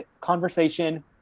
conversation